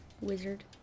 wizard